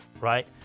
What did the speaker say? right